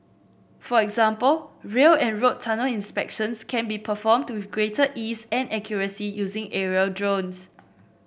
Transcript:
for example rail and road tunnel inspections can be performed with greater ease and accuracy using aerial drones